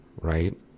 right